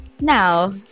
Now